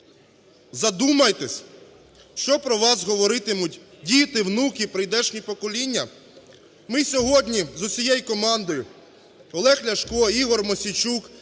Задумайтеся, що про вас говоритимуть діти, внуки, прийдешнє покоління. Ми сьогодні з усією командою: Олег Ляшко, Ігор Мосійчук,